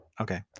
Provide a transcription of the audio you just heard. Okay